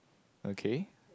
okay